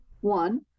one